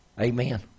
amen